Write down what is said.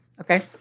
okay